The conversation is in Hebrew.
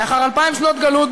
לאחר אלפיים שנות גלות,